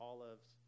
Olives